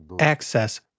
access